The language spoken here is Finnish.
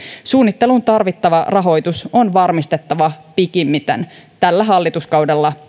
suunnitteluun tarvittava rahoitus on varmistettava pikimmiten mielellään jo tällä hallituskaudella